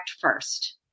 first